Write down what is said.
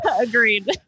Agreed